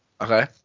Okay